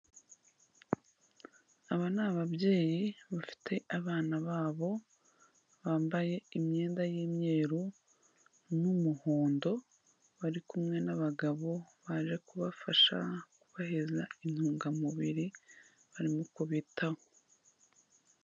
Aba ni ababyeyi bafite abana babo bambaye imyenda y'imyeru n'umuhondo, bari kumwe n'abagabo baje kubafasha kubahereza intungamubiri barimo kubitaho.